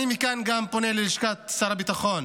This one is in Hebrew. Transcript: אני פונה מכאן גם ללשכת שר הביטחון